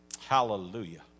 Hallelujah